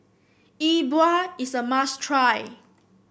E Bua is a must try